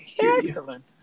excellent